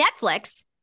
Netflix